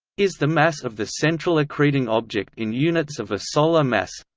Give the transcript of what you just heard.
is the mass of the central accreting object in units of a solar mass,